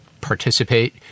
participate